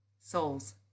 souls